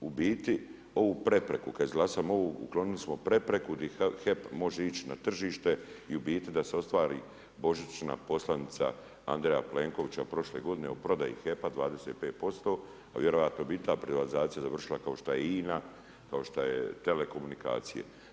U biti ovu prepreku kada izglasamo ovu uklonili smo prepreku gdje HEP može ići na tržište i u biti da se ostvari božićna poslanica Andreja Plenkovića prošle godine o prodaji HEP-a 25%, a vjerojatno bi i ta privatizacija završila kao što je INA, kao što su telekomunikacije.